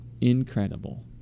Incredible